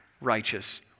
righteous